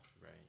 Right